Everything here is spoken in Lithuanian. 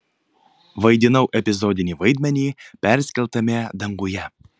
vaidinau epizodinį vaidmenį perskeltame danguje